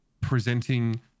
presenting